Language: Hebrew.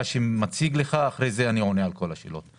האשם מציג לך ואחר כך אני עונה על כל השאלות.